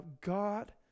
God